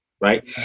right